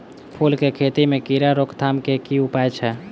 फूल केँ खेती मे कीड़ा रोकथाम केँ की उपाय छै?